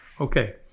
Okay